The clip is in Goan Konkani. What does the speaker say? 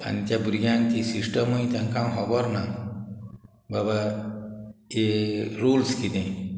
आनी त्या भुरग्यांक ती सिस्टमूय तांकां होबोर ना बाबा हे रुल्स किदें